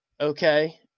okay